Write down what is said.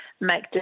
make